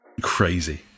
crazy